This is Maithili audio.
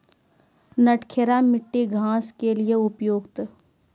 नटखेरा मिट्टी घास के लिए उपयुक्त?